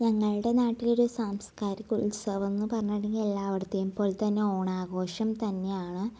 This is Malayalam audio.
ഞങ്ങളുടെ നാട്ടിലൊരു സാംസ്കാരിക ഉത്സവമെന്ന് പറഞ്ഞിട്ടുണ്ടെങ്കിൽ എല്ലാവടത്തേം പോലെ തന്നെ ഓണാഘോഷം തന്നെയാണ്